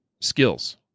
skills